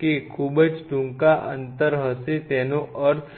કે ખૂબ જ ટૂંકા અંતર હશે તેનો અર્થ શું